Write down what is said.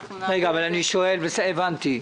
הבנתי.